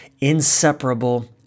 inseparable